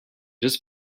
just